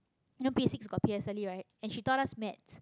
you know basics got P_S_L_E right and she taught us maths